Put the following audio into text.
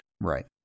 Right